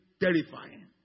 terrifying